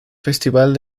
festival